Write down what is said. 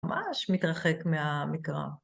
ממש מתרחק מהמקרא.